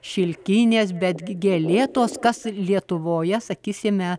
šilkinės betgi gėlėtos kas lietuvoje sakysime